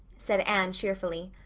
said anne cheerfully.